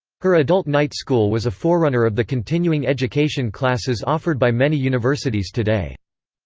her adult night school was a forerunner of the continuing education classes offered by many universities today.